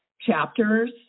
chapters